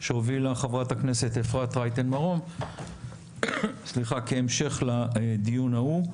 שהובילה חברת הכנסת אפרת רייטן מרום כהמשך לדיון ההוא.